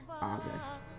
August